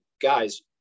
Guys